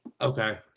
okay